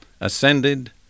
ascended